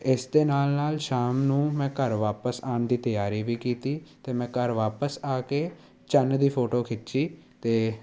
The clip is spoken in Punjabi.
ਇਸ ਦੇ ਨਾਲ ਨਾਲ ਸ਼ਾਮ ਨੂੰ ਮੈਂ ਘਰ ਵਾਪਸ ਆਉਣ ਦੀ ਤਿਆਰੀ ਵੀ ਕੀਤੀ ਅਤੇ ਮੈਂ ਘਰ ਵਾਪਸ ਆ ਕੇ ਚੰਨ ਦੀ ਫੋਟੋ ਖਿੱਚੀ ਅਤੇ